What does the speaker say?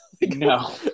No